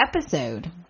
episode